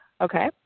okay